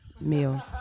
meal